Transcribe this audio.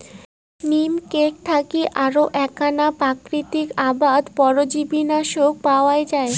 নিম ক্যাক থাকি আরো এ্যাকনা প্রাকৃতিক আবাদ পরজীবীনাশক পাওয়াঙ যাই